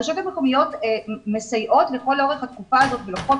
הרשויות המקומיות מסייעות לכל אורך התקופה הזאת ולוקחות